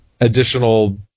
additional